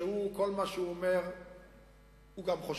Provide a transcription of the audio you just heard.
שכל מה שהוא אומר הוא גם חושב.